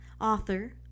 author